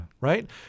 Right